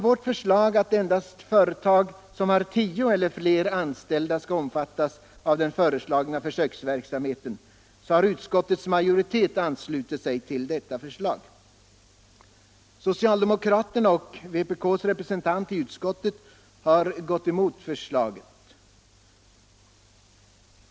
Vårt förslag att endast företag som har 10 eller fler anställda skall omfattas av den föreslagna försöksverksamheten har utskottets majoritet anslutit sig till. Socialdemokraterna och vpk:s representant i utskottet har gått emot förslaget.